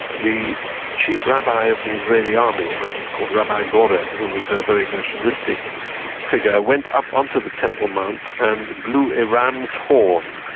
the chief rabbi of the israeli army, a man called rabbi goren, who was a very nationalistic figure, went up on to the temple mount and blew a ram's horn,